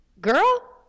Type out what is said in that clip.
Girl